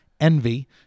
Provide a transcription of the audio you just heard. Envy